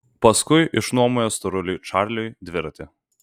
paskui išnuomojo storuliui čarliui dviratį